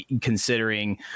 considering